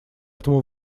этому